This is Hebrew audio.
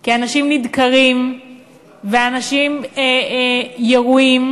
כי אנשים נדקרים ואנשים ירויים,